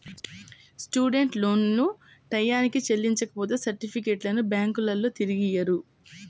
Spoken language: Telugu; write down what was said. స్టూడెంట్ లోన్లను టైయ్యానికి చెల్లించపోతే సర్టిఫికెట్లను బ్యాంకులోల్లు తిరిగియ్యరు